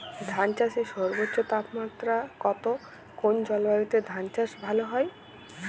ধান চাষে সর্বোচ্চ তাপমাত্রা কত কোন জলবায়ুতে ধান চাষ ভালো হয়?